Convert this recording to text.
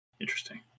Interesting